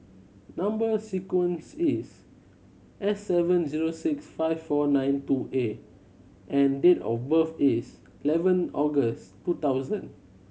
number sequence is S seven zero six five four nine two A and date of birth is eleven August two thousand